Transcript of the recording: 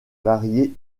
variés